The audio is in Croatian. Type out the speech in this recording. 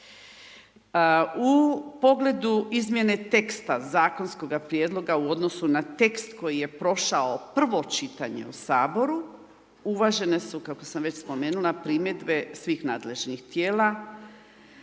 U pogledu izmjene teksta zakonskoga prijedloga, u odnosu na tekst koji je prošao prvo čitanje u Saboru, uvažene su kako sam već spomenula primjedbe svih nadležnih tijela